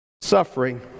Suffering